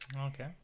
Okay